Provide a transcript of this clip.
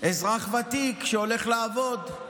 אזרח ותיק שהולך לעבוד,